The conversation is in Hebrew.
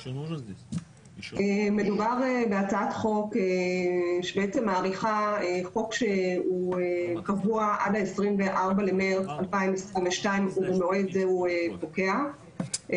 מדובר בהצעת חוק שמאריכה חוק שקבוע עד ה-24 במרץ 2022. החוק